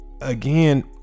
again